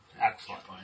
Excellent